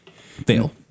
Fail